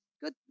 Good